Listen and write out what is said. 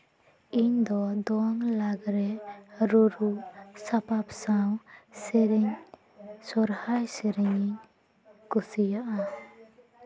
ᱤᱧ ᱫᱚ ᱫᱚᱝ ᱞᱟᱜᱽᱲᱮ ᱨᱩᱨᱩ ᱥᱟᱯᱟᱯ ᱥᱟᱶ ᱥᱮᱨᱮᱧ ᱥᱚᱦᱨᱟᱭ ᱥᱮᱨᱮᱧᱤᱧ ᱠᱩᱥᱤᱭᱟᱜᱼᱟ